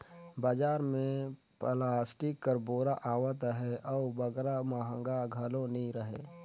बजार मे पलास्टिक कर बोरा आवत अहे अउ बगरा महगा घलो नी रहें